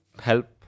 help